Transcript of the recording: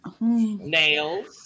nails